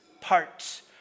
parts